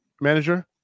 manager